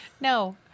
No